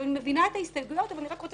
אני מבינה את ההסתייגויות אבל אני רק רוצה